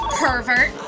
pervert